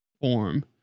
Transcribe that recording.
form